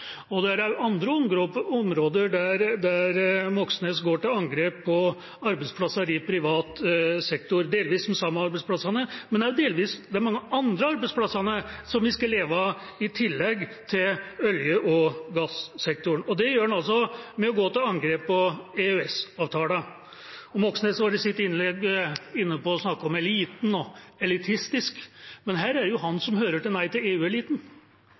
er også andre områder der Moxnes går til angrep på arbeidsplasser i privat sektor, delvis de samme arbeidsplassene, men også delvis de mange andre arbeidsplassene som vi skal leve av i tillegg til olje- og gassektoren. Det gjør han ved å gå til angrep på EØS-avtalen. Moxnes var i sitt innlegg inne på eliten og elitistisk, men her er det jo han som hører til nei-til-EU-eliten, altså den eliten